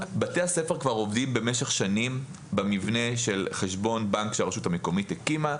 בתי הספר עובדים במשך שנים במבנה של חשבון בנק שהרשות המקומית הקימה,